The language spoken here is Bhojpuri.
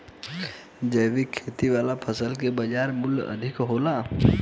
जैविक खेती वाला फसल के बाजार मूल्य अधिक होला